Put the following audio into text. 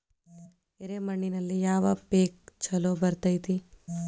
ಎರೆ ಮಣ್ಣಿನಲ್ಲಿ ಯಾವ ಪೇಕ್ ಛಲೋ ಬರತೈತ್ರಿ?